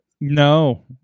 No